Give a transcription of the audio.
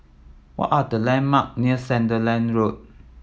what are the landmark near Sandiland Road